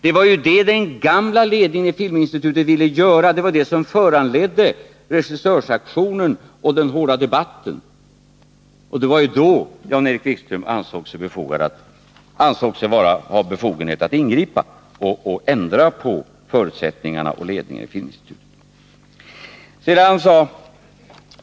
Det var ju det den gamla ledningen för Filminstitutet ville göra — det var det som föranledde regissörsaktionen och den hårda debatten. Det var då Jan-Erik Wikström ansåg sig ha befogenhet att ingripa och ändra på förutsättningarna och ledningen av Filminstitutet.